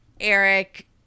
Eric